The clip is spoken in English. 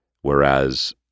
Whereas